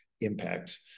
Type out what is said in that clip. impact